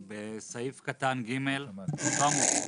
בסעיף קטן (ג), באותו עמוד,